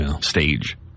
stage